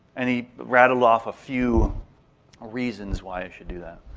and he rattled off a few reasons why i should do that.